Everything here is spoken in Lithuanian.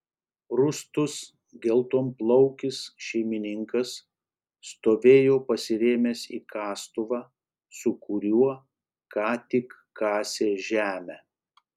rūstus geltonplaukis šeimininkas stovėjo pasirėmęs į kastuvą su kuriuo ką tik kasė žemę